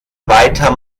weiter